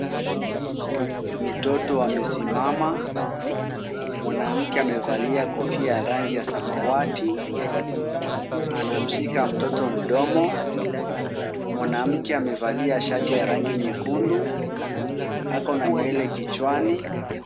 Mtoto amesimama. Mwanamke amevalia kofia ya rangi ya samawati. Anamshika mtoto mdomo. Mwanamke amevalia shati ya rangi nyekundu. Ako na nywele kichwani.